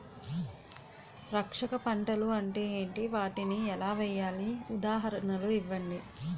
రక్షక పంటలు అంటే ఏంటి? వాటిని ఎలా వేయాలి? ఉదాహరణలు ఇవ్వండి?